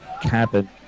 cabin